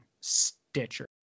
Stitcher